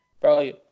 Bro